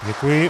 Děkuji.